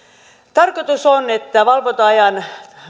tarkoitus on että valvonta ajan